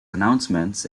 announcements